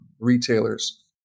retailers